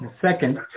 second